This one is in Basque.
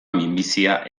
minbizia